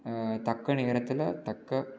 தக்க நேரத்தில் தக்க